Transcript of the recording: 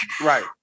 Right